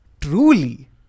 truly